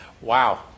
Wow